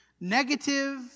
negative